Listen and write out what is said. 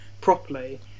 properly